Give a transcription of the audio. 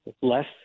less